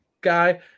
guy